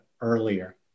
earlier